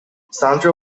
sancho